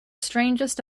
strangest